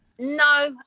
No